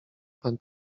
pan